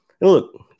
Look